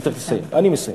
אני צריך לסיים, אני מסיים.